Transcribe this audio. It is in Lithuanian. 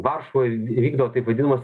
varšuvoj įvykdo taip vadinamas